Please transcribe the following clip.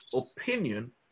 opinion